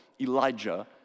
Elijah